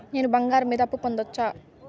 నేను బంగారం మీద అప్పు పొందొచ్చా?